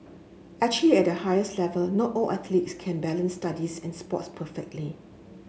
actually at the highest level not all athletes can balance studies and sports perfectly